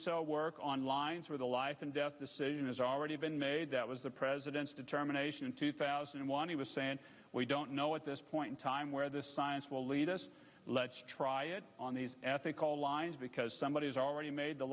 cell work on lines where the life and death decision has already been made that was the president's determination in two thousand and one he was saying we don't know at this point time where the science will lead us let's try it on these ethical lines because somebody has already made the